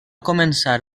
començar